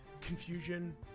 Confusion